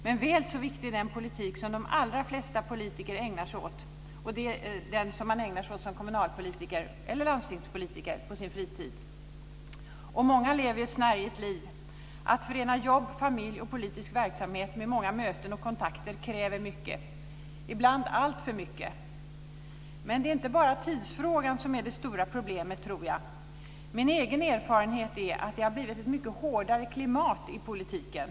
Men väl så viktig är den politik som de allra flesta politiker ägnar sig åt som kommunalpolitiker eller landstingspolitiker på sin fritid. Många lever ett snärjigt liv. Att förena jobb, familj och politisk verksamhet med många möten och kontakter kräver mycket, ibland alltför mycket. Men det är inte bara tidsfrågan som är det stora problemet, tror jag. Min egen erfarenhet är att det har blivit ett mycket hårdare klimat i politiken.